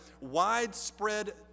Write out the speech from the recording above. widespread